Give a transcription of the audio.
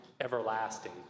everlasting